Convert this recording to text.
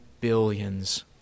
billions